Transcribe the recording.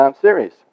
series